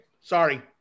Sorry